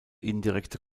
indirekte